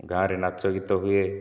ଗାଁରେ ନାଚ ଗୀତ ହୁଏ